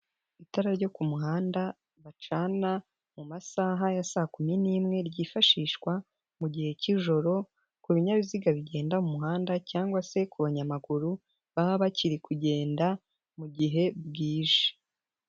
Itara ryo ku muhanda bacana mu masaha ya saa kumi n'imwe ryifashishwa mu gihe k'ijoro ku binyabiziga bigenda mu muhanda cyangwa se ku banyamaguru baba bakiri kugenda mu gihe bwije.